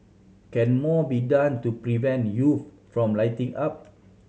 can more be done to prevent youths from lighting up